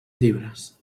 llibres